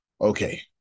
Okay